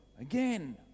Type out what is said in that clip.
Again